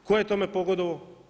Tko je tome pogodovao?